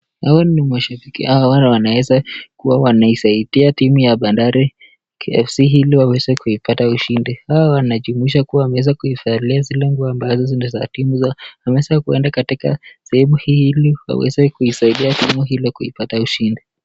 Hawa ni mashabiki au wale wanaweza kuwa wanaisaidia timu ya Bandari FC ili waweze kuipata ushindi. hawa wanajumuisha kuwa wameweza kuivalia zile longi ambazo ni za timu zao. Wameweza kuenda katika sehemu hii ili waweze kuisaidia timu hilo kuipata ushindi.